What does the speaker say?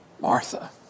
Martha